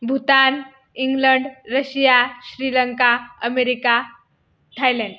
Bhutan England Russia Sri Lanka America Thailand